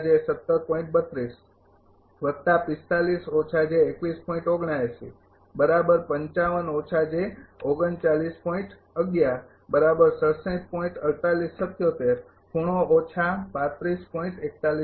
તેથી branch power loss